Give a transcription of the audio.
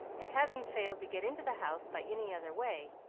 and having failed to get into the house by any other way,